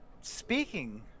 speaking